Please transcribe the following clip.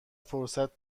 فرصت